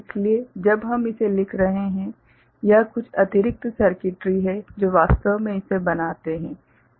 इसलिए जब हम इसे लिख रहे हैं यह कुछ अतिरिक्त सर्किटरी है जो वास्तव में इसे बनाते हैं